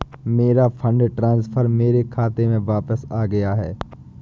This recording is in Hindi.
मेरा फंड ट्रांसफर मेरे खाते में वापस आ गया है